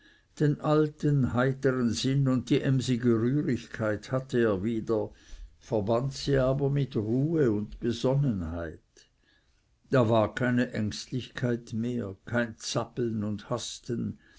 den alten heitern sinn und die emsige rührigkeit hatte er wieder verband sie aber mit ruhe und besonnenheit da war keine ängstlichkeit mehr kein zappeln und hasten